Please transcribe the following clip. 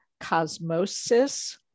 cosmosis